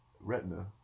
retina